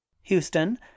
Houston